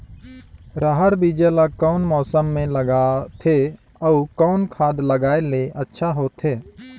रहर बीजा ला कौन मौसम मे लगाथे अउ कौन खाद लगायेले अच्छा होथे?